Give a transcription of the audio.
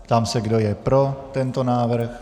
Ptám se, kdo je pro tento návrh.